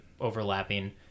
overlapping